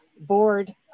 board